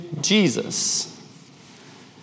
Jesus